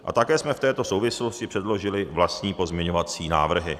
A také jsme v této souvislosti předložili vlastní pozměňovací návrhy.